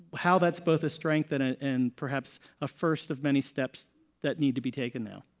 how that is both a strength and and and perhaps a first of many steps that needs to be taken now.